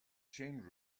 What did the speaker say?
chain